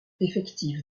effectif